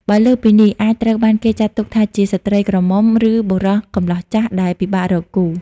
បើលើសពីនេះ អាចត្រូវបានគេចាត់ទុកថាជា ស្ត្រីក្រមុំ ឬ បុរសកម្លោះចាស់ ដែលពិបាករកគូ ។